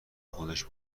خودش